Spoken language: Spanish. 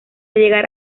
llegar